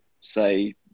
say